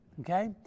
okay